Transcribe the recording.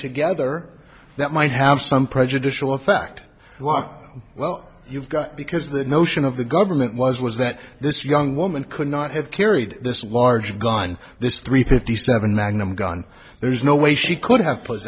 together that might have some prejudicial effect well you've got because the notion of the government was was that this young woman could not have carried this large gone this three fifty seven magnum gun there's no way she could have